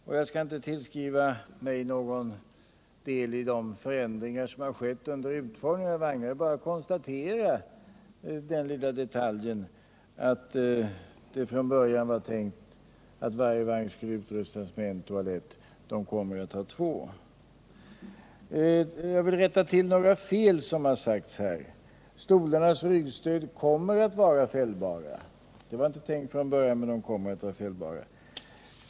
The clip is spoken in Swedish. Utan att tillskriva mig någon del i de förändringar som har skett under utformningen av vagnarna vill jag bara konstatera den lilla detaljen att det från början var tänkt att varje vagn skulle utrustas med en toalett men att det kommer att finnas två. Jag vill rätta till några fel som har förekommit här. Stolarnas ryggstöd kommer att vara fällbara. Det var inte tänkt så från början, men det kommer de att vara.